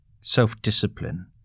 self-discipline